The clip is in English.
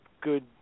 good